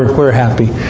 we're happy.